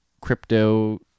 crypto